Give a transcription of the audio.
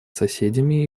соседями